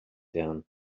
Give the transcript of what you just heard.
down